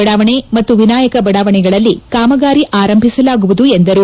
ಬಡಾವಣೆ ಮತ್ತು ವಿನಾಯಕ ಬಡಾವಣೆಗಳಲ್ಲಿ ಕಾಮಗಾರಿ ಆರಂಭಿಸಲಾಗುವುದು ಎಂದರು